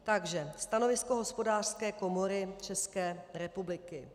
Takže stanovisko Hospodářské komory České republiky.